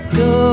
go